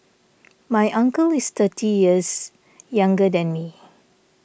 my uncle is thirty years younger than me